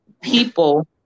people